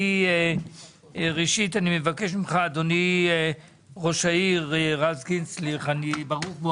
אני אבקש ממך, רז קינסטליך, ראש העיר,